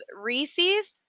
Reese's